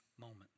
moments